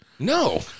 No